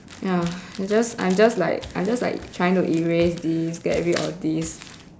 ya just I'm just I'm just like trying to erase this get rid of this